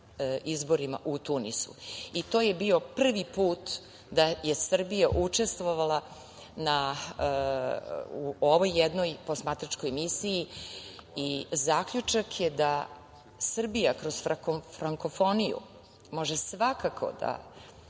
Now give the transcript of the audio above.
izborima u Tunisu. To je bio prvi put da je Srbija učestvovala u ovoj jednoj posmatračkoj misiji i zaključak je da Srbija kroz frankofoniju može svakako da